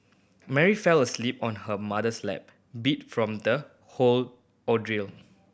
Mary fell asleep on her mother's lap beat from the whole ordeal